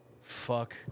Fuck